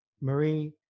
Marie